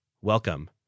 Welcome